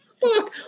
fuck